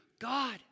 God